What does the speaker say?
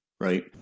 right